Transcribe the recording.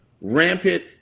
rampant